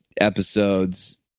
episodes